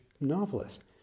novelist